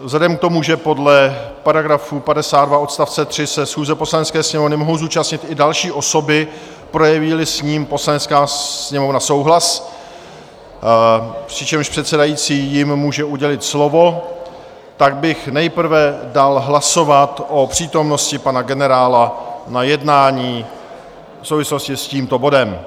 Vzhledem k tomu, že podle § 52 odst. 3 se schůze Poslanecké sněmovny mohou zúčastnit i další osoby, projevíli s tím Poslanecká sněmovna souhlas, přičemž předsedající jim může udělit slovo, tak bych nejprve dal hlasovat o přítomnosti pana generála na jednání v souvislosti s tímto bodem.